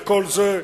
וכל זה,